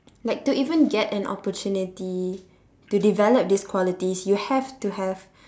like to even get an opportunity to develop these qualities you have to have